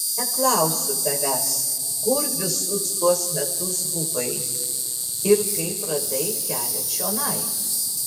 neklausiu tavęs kur visus tuos metus buvai ir kaip radai kelią čionai